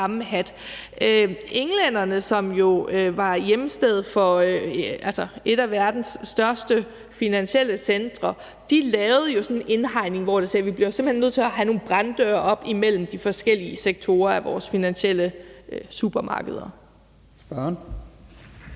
England, som jo var hjemsted for et af verdens største finansielle centre, lavede jo en indhegning, hvor de sagde, at de simpelt hen bliver nødt til at have sat nogle branddøre op imellem de forskellige sektorer af deres finansielle supermarkeder.